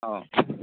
অঁ